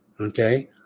okay